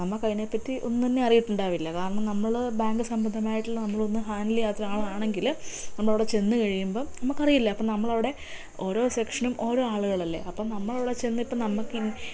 നമ്മുക്കതിനെപ്പറ്റി ഒന്നും തന്നെ അറിയത്തൊണ്ടാവില്ല കാരണം നമ്മൾ ബാങ്ക് സംബന്ധമായിട്ടുള്ള നമ്മളൊന്നും ഹാൻഡിൽ ചെയ്യാത്ത ഒരു ആളാണെങ്കിൽ നമ്മളവിടെ ചെന്ന് കഴിയുമ്പോൾ നമുക്കറിയില്ല അപ്പം നമ്മളവിടെ ഓരോ സെക്ഷനും ഓരോ ആളുകളല്ലേ അപ്പം നമ്മളവിടെ ചെന്നിട്ട് നമുക്ക്